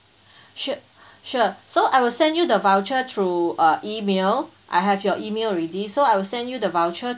sure sure so I will send you the voucher through uh email I have your email already so I will send you the voucher